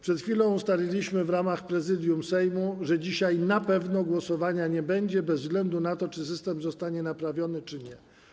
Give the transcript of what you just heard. Przed chwilą ustaliliśmy w ramach Prezydium Sejmu, że dzisiaj na pewno głosowania nie będzie, bez względu na to, czy system zostanie naprawiony czy nie.